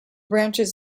branches